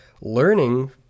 learning